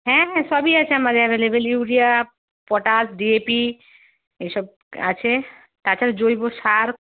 হ্যাঁ হ্যাঁ সবই আছে আমাদের available urea potash D A P এসব আছে তাছাড়া জৈব সার